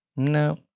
No